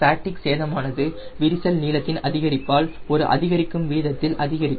fatigue சேதமானது விரிசல் நீளத்தின் அதிகரிப்பால் ஒரு அதிகரிக்கும் விதத்தில் அதிகரிக்கும்